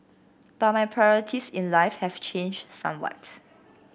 but my priorities in life have changed somewhat